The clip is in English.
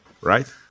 right